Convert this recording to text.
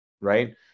Right